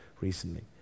recently